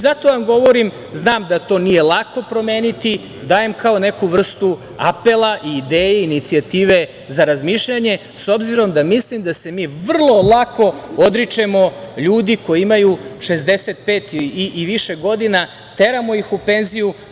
Zato vam govorim, znam da to nije lako promeniti, dajem kao neku vrstu apela i ideje, inicijative za razmišljanje, s obzirom da mislim da se mi vrlo lako odričemo ljudi koji imaju 65 i više godina, teramo ih u penziju.